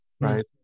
Right